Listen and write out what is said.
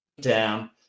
down